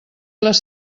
les